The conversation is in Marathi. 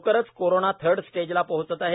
लवकरच कोरोना थर्ड स्टेजला पोहचत आहे